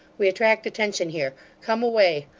we attract attention here. come away.